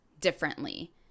differently